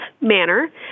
manner